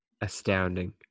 Astounding